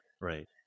Right